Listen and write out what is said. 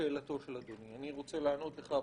לשאלתו של אדוני, אני רוצה לענות לך.